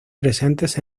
presentes